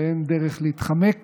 ואין דרך להתחמק